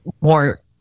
more